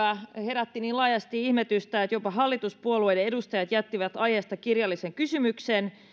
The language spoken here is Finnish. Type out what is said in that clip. herätti niin laajasti ihmetystä että jopa hallituspuolueiden edustajat jättivät aiheesta kirjallisen kysymyksen